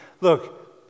look